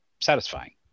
satisfying